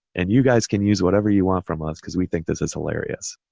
and you guys can use whatever you want from us because we think this is hilarious.